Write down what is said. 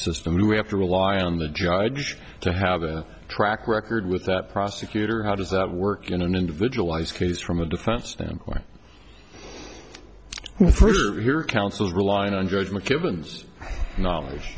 system we have to rely on the judge to have a track record with that prosecutor how does that work in an individualized case from a defense standpoint for your counsel relying on judgment givens knowledge